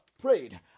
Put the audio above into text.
prayed